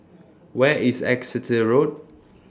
Where IS Exeter Road